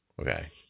Okay